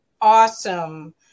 awesome